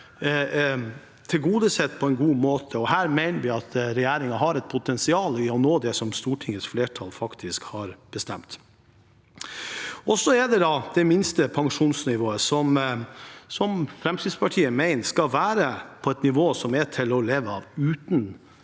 tilgodesett på en god måte, og her mener vi at regjeringen har et potensial i å nå det som Stortingets flertall faktisk har bestemt. Og så er det det minste pensjonsnivået, som Fremskrittspartiet mener skal være på et nivå som er til å leve av, uten